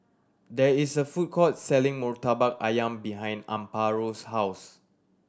there is a food court selling Murtabak Ayam behind Amparo's house